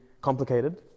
complicated